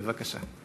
בבקשה.